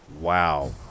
Wow